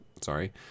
Sorry